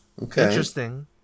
Interesting